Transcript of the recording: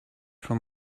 from